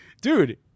Dude